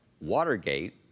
Watergate